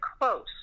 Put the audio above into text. close